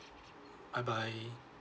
bye bye